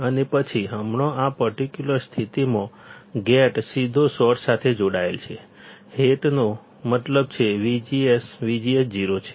અને પછી હમણાં આ પર્ટિક્યુલર સ્થિતિમાં ગેટ સીધો સોર્સ સાથે જોડાયેલ છે હેટનો મતલબ છે કે VGS VGS 0 છે